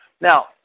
Now